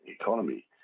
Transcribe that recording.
economy